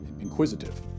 inquisitive